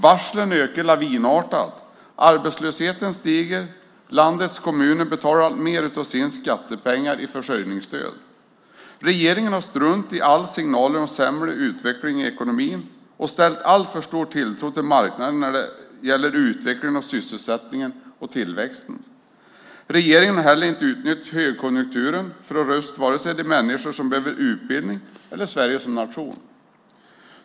Varslen ökar lavinartat, arbetslösheten stiger, landets kommuner betalar alltmer av sina skattepengar i försörjningsstöd. Regeringen har struntat i alla signaler om en sämre utvecklig i ekonomin och ställt alltför stor tilltro till marknaden när det gäller utvecklingen av sysselsättningen och tillväxten. Regeringen har heller inte utnyttjat högkonjunkturen för att rusta vare sig de människor som behöver utbildning eller Sverige som nation.